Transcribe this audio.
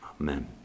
Amen